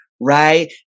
Right